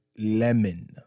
lemon